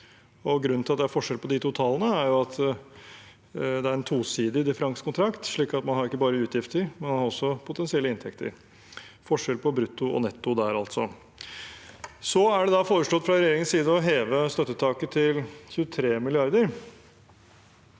Grunnen til at det er forskjell på de to tallene, er at det er en tosidig differansekontrakt: Man har ikke bare utgifter, man har også potensielle inntekter – altså forskjell på brutto og netto der. Så er det foreslått fra regjeringens side å heve støttetaket til 23 mrd.